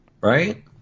Right